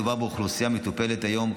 מדובר באוכלוסייה המטופלת היום,